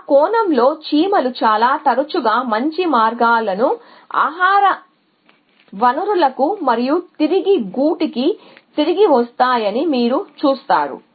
ఆ కోణంలో చీమలు చాలా తరచుగా మంచి మార్గాలను ఆహార వనరులకు మరియు తిరిగి గూటికి తిరిగి వస్తాయని మీరు చూస్తారు